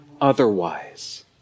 otherwise